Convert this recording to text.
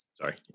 Sorry